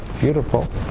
beautiful